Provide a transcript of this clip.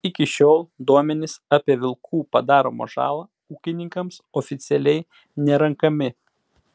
iki šiol duomenys apie vilkų padaromą žalą ūkininkams oficialiai nerenkami